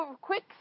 quick